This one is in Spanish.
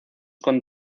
con